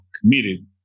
committed